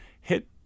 hit